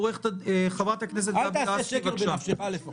חברת הכנסת גבי לסקי, בבקשה.